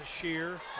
Shear